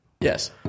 Yes